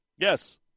Yes